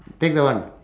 take that one